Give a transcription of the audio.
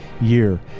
year